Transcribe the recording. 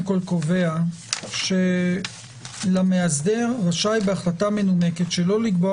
קובע ש"המאסדר רשאי בהחלטה מנומקת שלא לקבוע